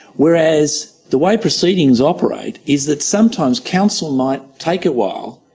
whereas the way proceedings operate, is that sometimes counsel might take a while